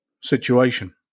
situation